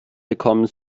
bekommen